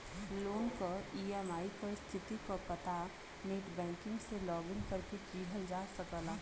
loan क EMI क स्थिति क पता नेटबैंकिंग से लॉगिन करके किहल जा सकला